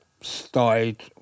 started